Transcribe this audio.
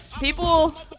People